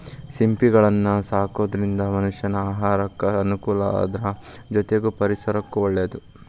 ಸಿಂಪಿಗಳನ್ನ ಸಾಕೋದ್ರಿಂದ ಮನಷ್ಯಾನ ಆಹಾರಕ್ಕ ಅನುಕೂಲ ಅದ್ರ ಜೊತೆಗೆ ಪರಿಸರಕ್ಕೂ ಒಳ್ಳೇದು